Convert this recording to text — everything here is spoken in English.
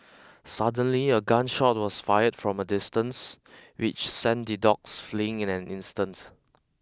suddenly a gun shot was fired from a distance which sent the dogs fleeing in an instant